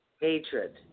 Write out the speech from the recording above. Hatred